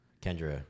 Kendra